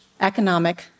economic